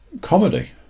comedy